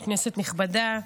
כנסת נכבדה,